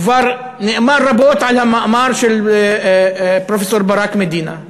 כבר נאמר רבות על המאמר של פרופסור ברק מדינה,